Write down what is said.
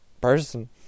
person